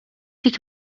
dik